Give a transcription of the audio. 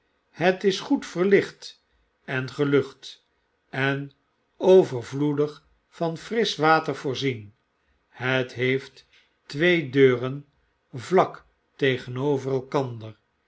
het is goed verlicht en gelucht en overvloedig van frisch water voorzien het heeft twee deuren vlak tegenover elkander